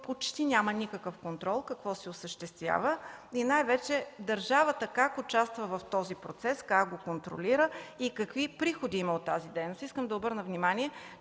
почти няма никакъв контрол какво се осъществява, и най-вече как държавата участва в този процес, как го контролира и какви приходи има от тази дейност? Искам да обърна внимание,